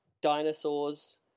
dinosaurs